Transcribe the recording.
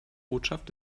botschaft